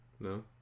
No